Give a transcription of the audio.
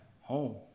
home